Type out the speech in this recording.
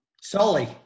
Sully